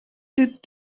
did